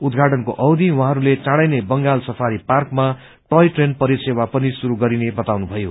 उद्घाटनको अवधि उहाँहरूले चाँडैनै बंगाल सफारी पार्कमा टोय ट्रेन परिसेवा पनि शुरू गरिने बताउनुभयो